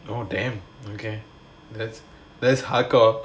oh damn okay that's that's hardcore